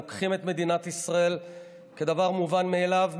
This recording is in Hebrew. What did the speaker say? לוקחים את מדינת ישראל כדבר מובן מאליו.